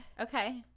Okay